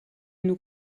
nous